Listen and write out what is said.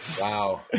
Wow